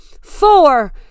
four